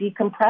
decompress